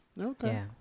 Okay